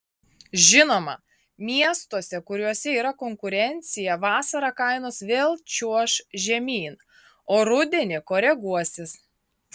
žinoma miestuose kuriuose yra konkurencija vasarą kainos vėl čiuoš žemyn o rudenį koreguosis